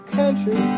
country